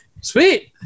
Sweet